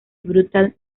brutal